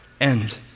end